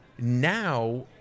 Now